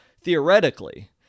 theoretically